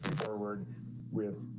forward with